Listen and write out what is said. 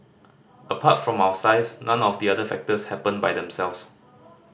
apart from our size none of the other factors happened by themselves